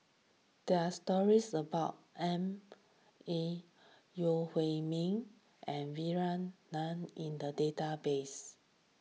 there are stories about M A Yeo Hwee Bin and Vikram Nair in the database